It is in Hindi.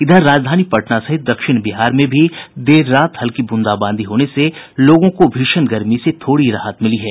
इधर राजधानी पटना सहित दक्षिण बिहार में भी देर रात हल्की बूंदाबांदी होने से लोगों को भीषण गर्मी से थोड़ी राहत मिली है